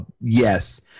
yes